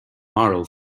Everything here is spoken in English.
moral